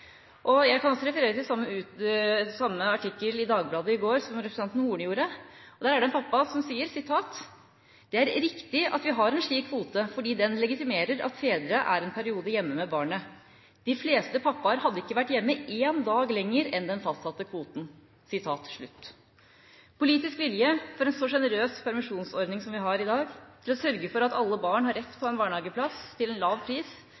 permisjon. Jeg kan også referere til samme artikkel i Dagbladet i går som representanten Horne gjorde. Der er det en pappa som sier at: «det er riktig at vi har en slik kvote, fordi den legitimerer at fedre er en periode hjemme med barnet. De fleste pappaer hadde ikke vært hjemme én dag lenger enn den fastsatte kvoten.» Politisk vilje til en så generøs permisjonsordning som vi har, og til å sørge for at alle barn har rett til en barnehageplass til en lav pris,